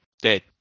dead